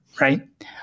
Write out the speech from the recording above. right